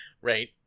Right